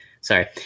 sorry